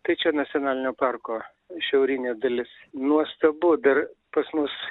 tai čia nacionalinio parko šiaurinė dalis nuostabu dar pas mus